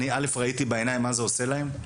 ראיתי בעיניים מה זה עושה להם.